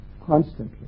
constantly